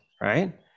right